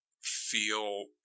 feel